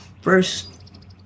first